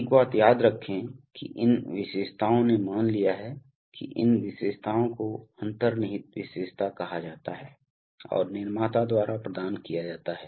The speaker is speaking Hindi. एक बात याद रखें कि इन विशेषताओं ने मान लिया है कि इन विशेषताओं को अंतर्निहित विशेषता कहा जाता है और निर्माता द्वारा प्रदान किया जाता है